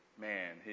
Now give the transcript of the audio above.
Man